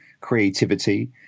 creativity